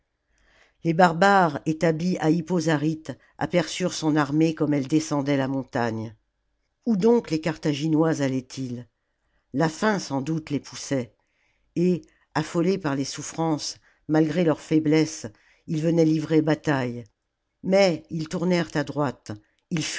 les barbares établis à hippo zarjte aperçurent son armée comme elle descendait la montagne où donc les carthaginois allaient-ils la faim sans doute les poussait et affolés par les souffrances malgré leur faiblesse ils venaient livrer bataille mais ils tournèrent à droite ils